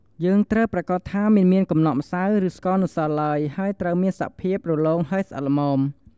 យើងត្រូវប្រាកដថាមិនមានកំណកម្សៅ ឬស្ករនៅសល់ឡើយ ហើយត្រូវមានសភាពរលោងហើយស្អិតល្មម។